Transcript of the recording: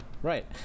Right